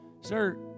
sir